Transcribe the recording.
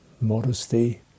modesty